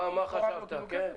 מה חשבת, כן.